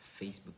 Facebook